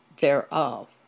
thereof